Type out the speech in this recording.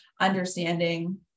understanding